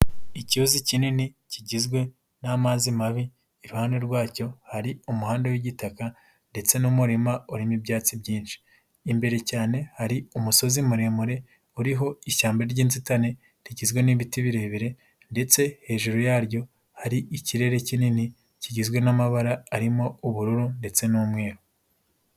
Icyuzi kinini kigizwe n'amazi mabi, iruhande rwacyo hari umuhanda w'igitaka ndetse n'umurima urimo ibyatsi byinshi. Imbere cyane, hari umusozi muremure uriho ishyamba ry'inzitane rigizwe n'ibiti birebire ndetse hejuru yaryo hari ikirere kinini kigizwe n'amabara arimo ubururu ndetse n'umweru.